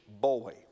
boy